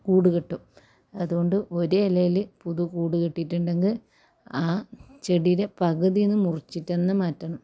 കൂടുകെട്ടും അതുകൊണ്ട് ഒരു ഇലയിൽ പുതു കൂട് കെട്ടിയിട്ടുണ്ടെങ്കിൽ ആ ചെടിയുടെ പകുതിയിൽനിന്ന് മുറിച്ചിട്ടുതന്നെ മാറ്റണം